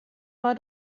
mal